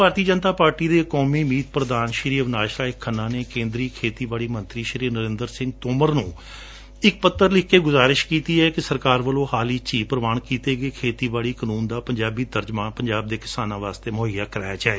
ਭਾਰਤੀ Janata party ਦੇ ਕੌਮੀ ਮੀਤ ਪ੍ਰਧਾਨ ਸ੍ਰੀ ਅਵਿਨਾਸ਼ ਰਾਏ ਖੰਨਾ ਨੇ ਕੇਦਰੀ ਖੇਤੀ ਬਾੜੀ ਮੰਤਰੀ ਸ੍ਰੀ ਨਰੇਂਦਰ ਸਿੰਘ ਤੋਮਰ ਨੂੰ ਇਕ ਪੱਤਰ ਲਿਖ ਕੇ ਸੁਝਾਇਐ ਕਿ ਸਰਕਾਰ ਵਲੋਂ ਹਾਲ ਵਿਚ ਹੀ ਪ੍ਰਵਾਣ ਕੀਤੇ ਗਏ ਖੇਤੀਬਾੜੀ ਕਨੂੰਨ ਦਾ ਪੰਜਾਬੀ ਤਰਜਮਾ ਪੰਜਾਬ ਦੇ ਕਿਸਾਨਾਂ ਲਈ ਮੁਹੱਈਆ ਕਰਵਾਇਆ ਜਾਵੇ